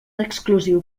exclusiu